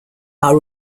are